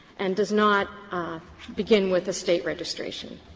and does not begin with a state registration.